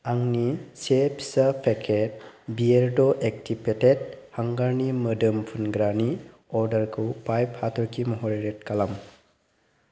आंनि से फिसा पेकेट बियेरड' एक्टिभेटेट हांगारनि मोदोम फुनग्रानि अर्डारखौ फाइभ हाथरखि महरै रेट खालाम